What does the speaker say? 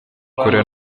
kure